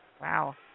Wow